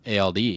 Ald